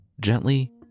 Gently